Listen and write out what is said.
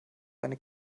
eine